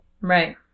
Right